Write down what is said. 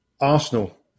Arsenal